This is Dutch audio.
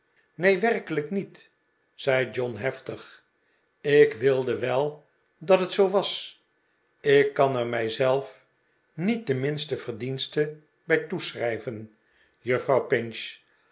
neen werkelijk niet zei john heftig ik wilde wel dat het zoo was ik kan er mij zelf niet de minste verdienste bij toeschrijven juffrouw pinch